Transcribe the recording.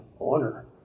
honor